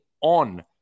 on